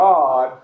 God